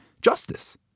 justice